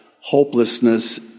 hopelessness